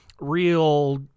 real